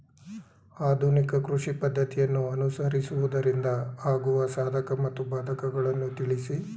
ಆಧುನಿಕ ಕೃಷಿ ಪದ್ದತಿಯನ್ನು ಅನುಸರಿಸುವುದರಿಂದ ಆಗುವ ಸಾಧಕ ಮತ್ತು ಬಾಧಕಗಳನ್ನು ತಿಳಿಸಿ?